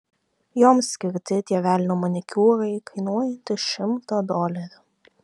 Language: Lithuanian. joms skirti tie velnio manikiūrai kainuojantys šimtą dolerių